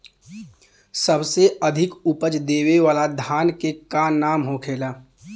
सबसे अधिक उपज देवे वाला धान के का नाम होखे ला?